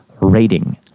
rating